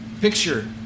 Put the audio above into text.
Picture